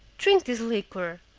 drink this liquor,